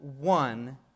one